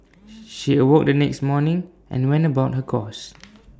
she awoke the next morning and went about her chores